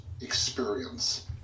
experience